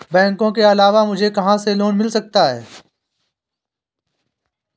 बैंकों के अलावा मुझे कहां से लोंन मिल सकता है?